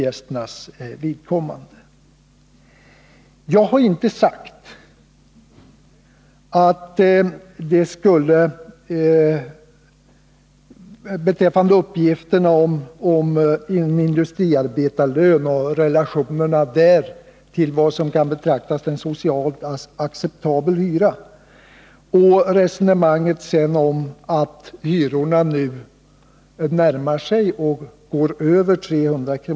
Beträffande uppgifterna om vad som kan betraktas som en socialt acceptabel relation mellan en industriarbetarlön och hyran — det nämndes ju att hyrorna nu närmar sig eller överstiger 300 kr.